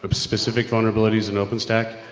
but specific vulnerabilities in open stack?